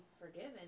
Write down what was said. forgiven